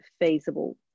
feasible